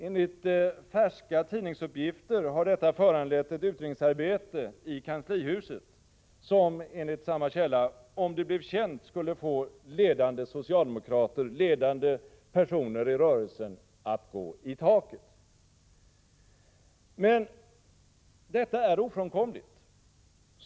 Enligt färska tidningsuppgifter har detta föranlett ett utredningsarbete i kanslihuset som, om det blev känt, skulle få ledande socialdemokrater — ledande personer i rörelsen — att gå i taket. Men detta är ofrånkomligt.